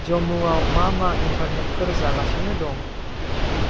जम्मुआव मा मा इन्टारनेटफोर जागासिनो दं